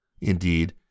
Indeed